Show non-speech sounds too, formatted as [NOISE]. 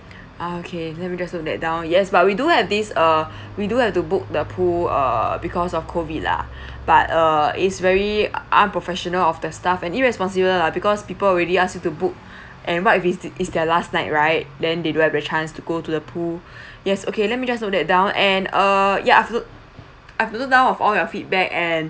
ah okay let me just note that down yes but we do have this uh we do have to book the pool err because of COVID lah [BREATH] but err is very unprofessional of the staff and irresponsible lah because people already asked you to book [BREATH] and what if it's it's their last night right then they don't have a chance to go to the pool [BREATH] yes okay let me just note that down and err ya I've note I've noted down of all your feedback and